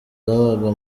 zabaga